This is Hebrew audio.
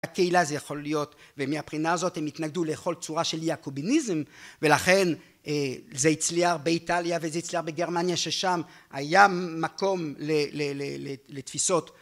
הקהילה זה יכול להיות ומהבחינה הזאת הם התנגדו לכל צורה של יעקוביניזם ולכן זה הצליח באיטליה וזה הצליח בגרמניה ששם היה מקום לתפיסות